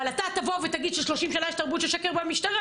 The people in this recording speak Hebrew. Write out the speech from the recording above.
אבל אתה תבוא ותגיד ש-30 שנה יש תרבות של שקר במשטרה,